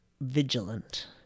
vigilant